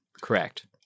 correct